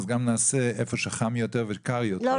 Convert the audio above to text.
אז גם נעשה איפה שחם יותר וקר יותר.